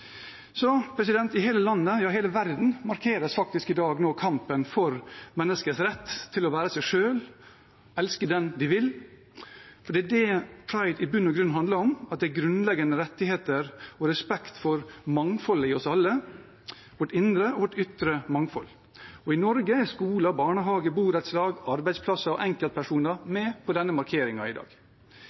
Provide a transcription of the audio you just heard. I hele landet, ja, i hele verden, markeres i dag kampen for menneskets rett til å være seg selv og elske den de vil. For det er det Pride i bunn og grunn handler om: grunnleggende rettigheter og respekt for mangfoldet i oss alle – vårt indre og vårt ytre mangfold. I Norge er skoler og barnehager, borettslag, arbeidsplasser og enkeltpersoner med på denne markeringen i dag.